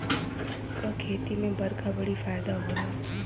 सब क खेती में बरखा बड़ी फायदा होला